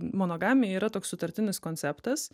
monogamija yra toks sutartinis konceptas